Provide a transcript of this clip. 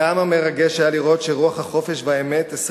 כמה מרגש היה לראות שרוח החופש והאמת 20